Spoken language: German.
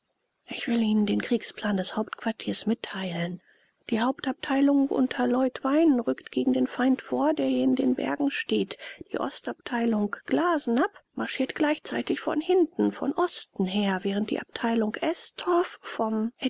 ich will ihnen den kriegsplan des hauptquartiers mitteilen die hauptabteilung unter leutwein rückt gegen den feind vor der hier in den bergen steht die ostabteilung glasenapp marschiert gleichzeitig von hinten von osten her während die abteilung estorf vom